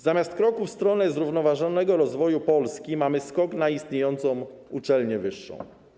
Zamiast kroku w stronę zrównoważonego rozwoju Polski mamy skok na istniejącą uczelnię wyższą.